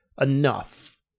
enough